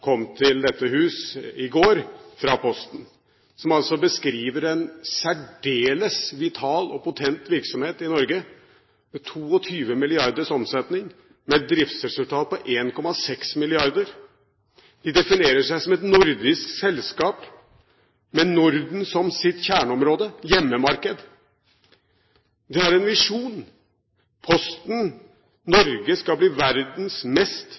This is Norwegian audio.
kom til dette hus i går, fra Posten, som altså beskriver en særdeles vital og potent virksomhet i Norge, med 22 mrd. kr i omsetning og med driftsresultat på 1,6 mrd. kr. De definerer seg som et nordisk selskap, med Norden som sitt kjerneområde/hjemmemarked. De har en visjon: Posten Norge skal bli verdens mest